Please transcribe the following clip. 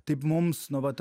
taip mums nu vat